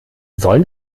sollen